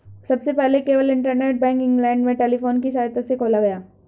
सबसे पहले केवल इंटरनेट बैंक इंग्लैंड में टेलीफोन की सहायता से खोला गया